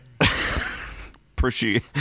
appreciate